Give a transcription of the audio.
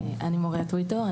אני מוריה טויטו,